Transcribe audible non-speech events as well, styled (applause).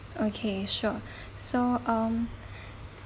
okay sure (breath) so um (breath)